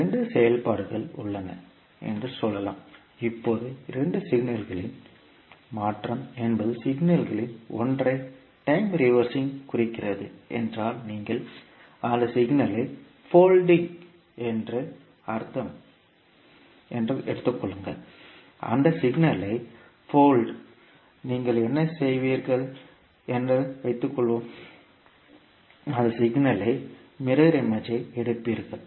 இரண்டு செயல்பாடுகள் உள்ளன என்று சொல்லலாம் இப்போது இரண்டு சிக்னல்களின் மாற்றம் என்பது சிக்னல்களில் ஒன்றை டைம் ரிவர்சிங் குறிக்கிறது என்றால் நீங்கள் அந்த சிக்னலை போல்டிங் என்று அர்த்தம் நீங்கள் அந்த சிக்னலை போல்ட் நீங்கள் என்ன செய்வீர்கள் என்று வைத்துக்கொள்வோம் அந்த சிக்னல் இன் மிரர் இமேஜ்ஜை எடுப்பீர்கள்